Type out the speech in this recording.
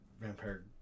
vampire